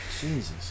Jesus